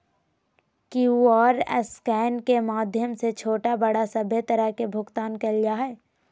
QR scan के माध्यम से छोटा बड़ा सभे तरह के भुगतान कइल जा हइ